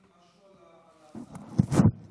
להגיד משהו על הצעת החוק, דיברתי.